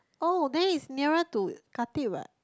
oh then it's nearer to Khatib what